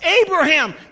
Abraham